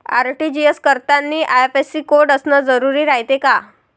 RTGS करतांनी IFSC code असन जरुरी रायते का?